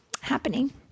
happening